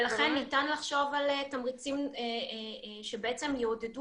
ולכן ניתן לחשוב על תמריצים שבעצם יעודדו